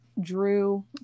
Drew